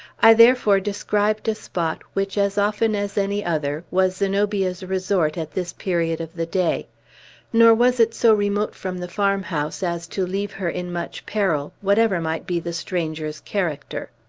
i therefore described a spot which, as often as any other, was zenobia's resort at this period of the day nor was it so remote from the farmhouse as to leave her in much peril, whatever might be the stranger's character.